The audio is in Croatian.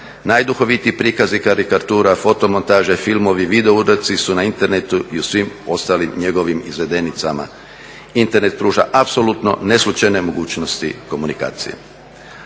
Najduhovitiji prikazi karikatura, fotomontaže, filmovi, video uradci su na internetu i u svim ostalim njegovim izvedenicama. Internet pruža apsolutno neslučajne mogućnosti komunikacije.